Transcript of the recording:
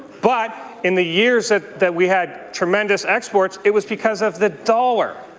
but in the years that that we had tremendous exports it, was because of the dollar,